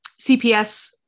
CPS